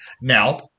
now